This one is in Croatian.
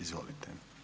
Izvolite.